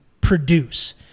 produce